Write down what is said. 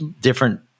different